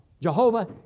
Jehovah